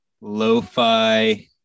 Lo-fi